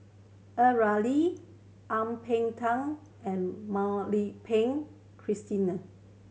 A Ramli Ang Peng Tiam and Mak Lai Peng Christina